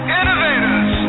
innovators